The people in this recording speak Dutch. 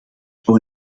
zou